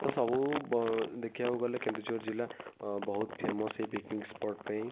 ତ ସବୁ ଦେଖିବାକୁ ଗଲେ କେନ୍ଦୁଝର ଜିଲ୍ଲା ବହୁତ ଫେମସ୍ ଏଇ ପିକ୍ନିକ୍ ସ୍ପଟ୍ ପାଇଁ